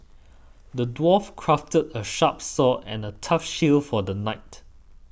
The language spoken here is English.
the dwarf crafted a sharp sword and a tough shield for the knight